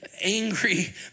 angry